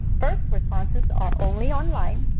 first, responses are only online.